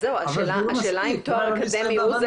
אבל זה לא מספיק אם אין לו ניסיון והבנה.